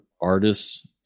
artists